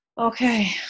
Okay